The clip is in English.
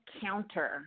counter